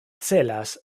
celas